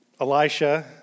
Elisha